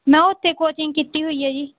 ਮੈਂ ਉੱਥੇ ਕੋਚਿੰਗ ਕੀਤੀ ਹੋਈ ਹੈ ਜੀ